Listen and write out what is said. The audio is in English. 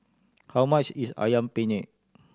how much is Ayam Penyet